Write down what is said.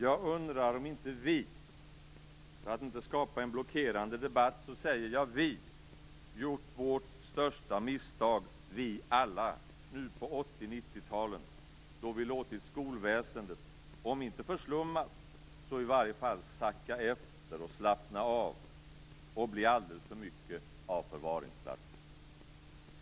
Jag undrar om inte vi - för att inte skapa en blockerande debatt säger jag vi - gjort vårt största misstag nu på 80 och 90-talen, då vi låtit skolväsendet om inte förslummas så i varje fall sacka efter, slappna av och bli alldeles för mycket av förvaringsplats.